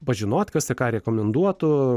pažinot kas ir ką rekomenduotų